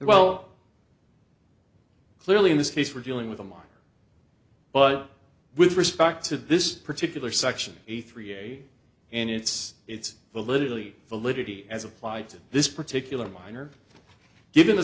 well clearly in this case we're dealing with a minor but with respect to this particular section a three a and it's it's politically validity as applied to this particular minor given the